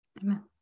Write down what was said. Amen